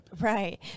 Right